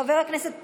חבר הכנסת פינדרוס,